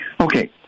Okay